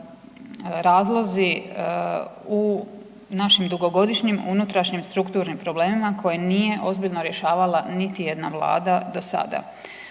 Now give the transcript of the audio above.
razlozi u našim dugogodišnjim unutrašnjim strukturnim problemima koji nije ozbiljno rješavala niti jedna Vlada do sada.